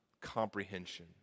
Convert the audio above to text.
comprehension